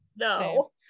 no